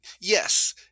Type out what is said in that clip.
yes